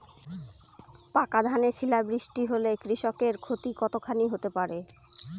পাকা ধানে শিলা বৃষ্টি হলে কৃষকের ক্ষতি কতখানি হতে পারে?